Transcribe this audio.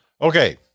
Okay